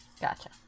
Gotcha